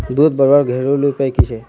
दूध बढ़वार घरेलू उपाय की छे?